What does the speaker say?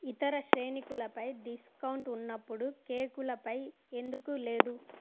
ఇతర శ్రేణికులపై డిస్కౌంట్ ఉన్నప్పుడు కేకులపై ఎందుకు లేదు